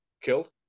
killed